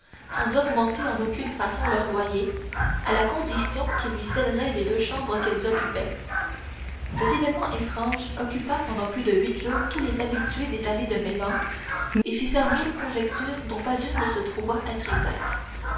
sans augmenter en aucune façon leur loyer à la condition qu'ils lui céderaient les deux chambres qu'ils occupaient cet événement étrange occupa pendant plus de huit jours tous les habitués des allées de meilhan et fit faire mille conjectures dont pas une ne se trouva être exacte